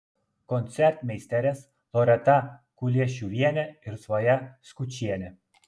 koncertmeisterės loreta kuliešiuvienė ir svaja skučienė